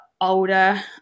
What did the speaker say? older